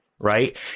Right